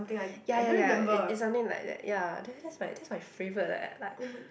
ya ya ya it it's something like that ya then that's my that's my favourite leh like